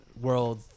World